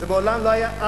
זה מעולם לא היה.